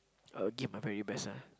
I will give my very best ah